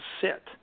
sit